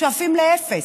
שואפים לאפס.